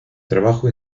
trabajo